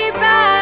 back